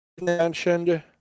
mentioned